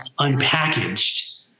unpackaged